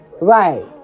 right